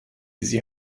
sie